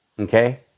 Okay